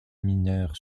mineurs